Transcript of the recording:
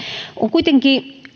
on kuitenkin